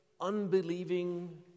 unbelieving